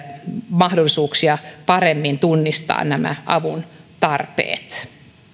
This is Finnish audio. mahdollisuuksia paremmin tunnistaa nämä avun tarpeet